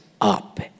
up